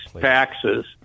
taxes